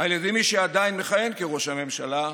על ידי מי שעדיין מכהן כראש הממשלה,